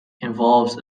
involves